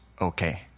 okay